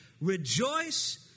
Rejoice